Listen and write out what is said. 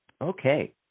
Okay